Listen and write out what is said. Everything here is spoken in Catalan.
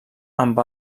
amb